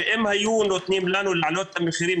שאם היו נותנים להכפיל את המחירים,